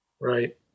Right